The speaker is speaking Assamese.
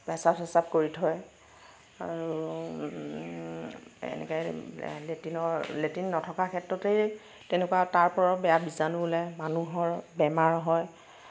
পেচাব ছেচাব কৰি থয় আৰু এনেকে লেট্ৰিনৰ লেট্ৰিন নথকা ক্ষেত্ৰতেই তেনেকুৱা তাৰ পৰা বেয়া বীজাণু ওলাই মানুহৰ বেমাৰ হয়